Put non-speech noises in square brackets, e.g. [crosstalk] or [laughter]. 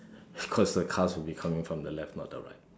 [laughs] because the cars would be coming from the left not the right